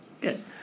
Good